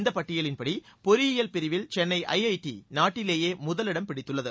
இந்தப் பட்டியலின்படி பொறியியல் பிரிவில் சென்னை ஐஐடி நாட்டிலேயே முதலிடம் பிடத்துள்ளது